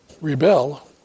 rebel